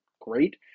great